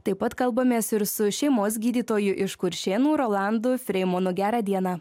taip pat kalbamės ir su šeimos gydytoju iš kuršėnų rolando freimanu gera diena